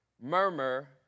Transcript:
murmur